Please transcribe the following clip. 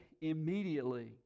immediately